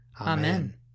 Amen